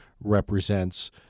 represents